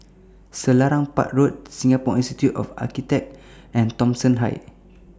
Selarang Park Road Singapore Institute of Architects and Thomson Heights